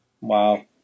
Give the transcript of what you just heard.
Wow